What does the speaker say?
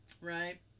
Right